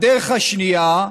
הדרך השנייה: